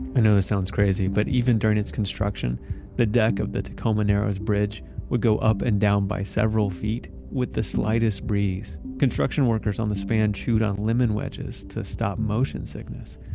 i know that sounds crazy, but even during its construction the deck of the tacoma narrows bridge would go up and down by several feet with the slightest breeze. construction workers on the span chewed on lemon wedges to stop motion sickness,